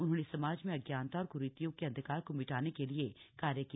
उन्होंने समाज में अज्ञानता और क्रीतियों के अंधकार को मिटाने के लिए कार्य किया